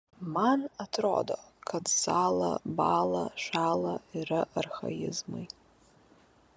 man atrodo kad sąla bąla šąla yra archaizmai